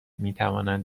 میتوانند